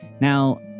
Now